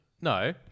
no